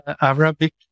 Arabic